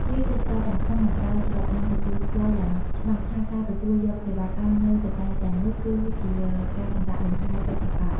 ភ្ញៀវទេសចរទាំងក្នុង និងក្រៅស្រុកបានទទួលស្គាល់យ៉ាងច្បាស់ថាការទទួលយកសេវាកម្មនៅកន្លែងទាំងនោះគឺជាការសម្រាកលំហែពិតប្រាកដ។